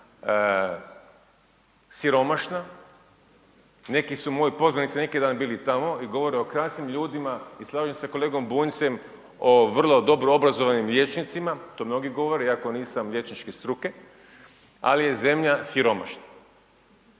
siromašna, neki su moji poznanici neki dan bili tamo i govore o krasnim ljudima i slažem se s kolegom Bunjcem o vrlo dobro obrazovanim liječnicima, to mnogi govore iako nisam liječničke struke. Ali je zemlja siromašna.